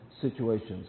situations